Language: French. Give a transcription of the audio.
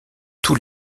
tous